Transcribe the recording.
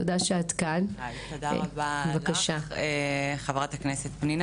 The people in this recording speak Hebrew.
תודה רבה לך חברת הכנסת תמנו,